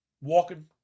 walking